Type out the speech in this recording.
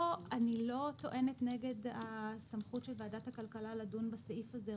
אני לא טוענת נגד הסמכות של ועדת הכלכלה לדון בסעיף הזה,